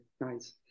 nice